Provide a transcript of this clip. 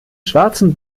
schwarzen